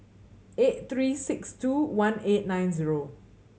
eight three six two one eight nine zero